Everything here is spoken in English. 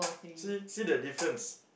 see see the difference